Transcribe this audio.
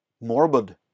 morbid